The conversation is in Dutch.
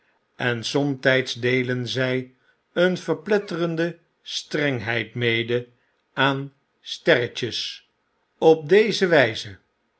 en somtijds deelen zij een verpletterende strengheid mede aan sterretjes op deze wijze